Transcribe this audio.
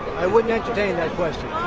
i wouldn't entertain that question.